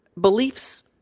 beliefs